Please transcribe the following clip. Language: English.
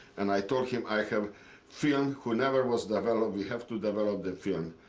and i told him i have film who never was developed. we have to develop the film.